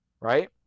Right